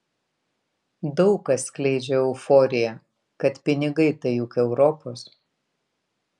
daug kas skleidžia euforiją kad pinigai tai juk europos